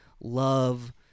love